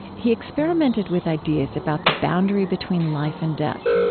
he experimented with ideas about the boundary between life and death.